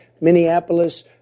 Minneapolis